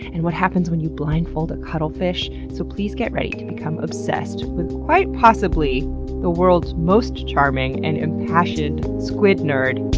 and what happens when you blindfold a cuttlefish. so please get ready to become obsessed with quite possibly the world's most charming and impassioned squid nerd,